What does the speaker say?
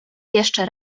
jeszcze